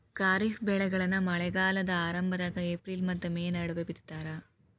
ಖಾರಿಫ್ ಬೆಳೆಗಳನ್ನ ಮಳೆಗಾಲದ ಆರಂಭದಾಗ ಏಪ್ರಿಲ್ ಮತ್ತ ಮೇ ನಡುವ ಬಿತ್ತತಾರ